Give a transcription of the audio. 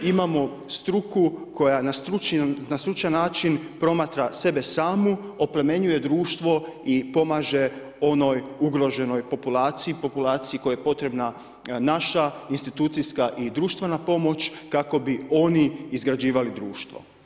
Imamo struku koja na stručan način promatra sebe samu, oplemenjuje društvo i pomaže onoj ugroženoj populaciji, populaciji kojoj je potrebna naša institucijska i društvena pomoć kako bi oni izgrađivali društvo.